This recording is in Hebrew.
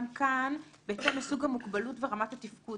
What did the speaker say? גם כאן בהתאם לסוג המוגבלות ורמת התפקוד.